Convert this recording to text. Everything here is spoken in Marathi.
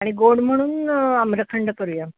आणि गोड म्हणून आम्रखंड करूया